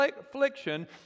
affliction